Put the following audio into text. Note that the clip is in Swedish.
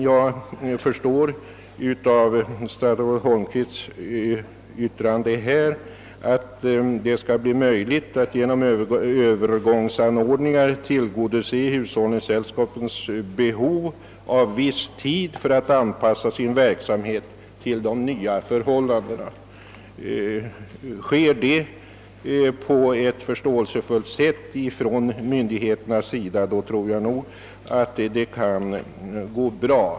Jag förstår emellertid av statsrådet Holmqvists svar att det skall bli möjligt att genom övergångsanordningar tillgodose hushållningssällskapens behov av viss tid för att anpassa sin verksamhet till de nya förhållandena, Sker det på ett förståelsefullt sätt från myndigheternas sida tror jag nog att det kan gå bra.